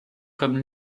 comme